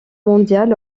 mondial